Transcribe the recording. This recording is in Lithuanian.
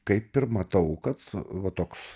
kaip ir matau kad va toks